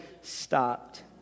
stopped